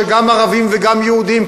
גם ערבים וגם יהודים,